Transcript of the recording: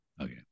okay